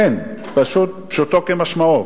אין, פשוטו כמשמעו.